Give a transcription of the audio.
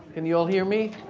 can you all hear me?